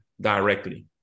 directly